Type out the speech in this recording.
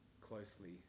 closely